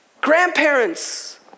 grandparents